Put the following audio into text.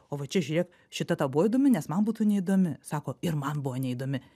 o va čia žiūrėk šita tau buvo įdomi nes man būtų neįdomi sako ir man buvo neįdomi